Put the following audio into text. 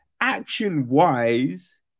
action-wise